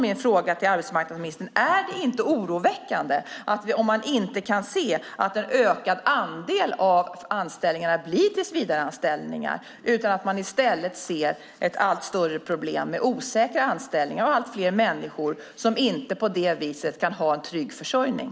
Min fråga till arbetsmarknadsministern återstår: Är det inte oroväckande om man inte kan se att en ökad andel av anställningarna blir tillvisareanställningar? I stället ser man ett allt större problem med osäkra anställningar och allt fler människor som på det viset inte har en trygg försörjning.